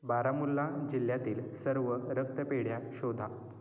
बारामुल्ला जिल्ह्यातील सर्व रक्तपेढ्या शोधा